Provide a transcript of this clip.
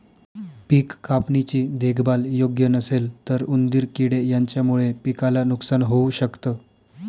पिक कापणी ची देखभाल योग्य नसेल तर उंदीर किडे यांच्यामुळे पिकाला नुकसान होऊ शकत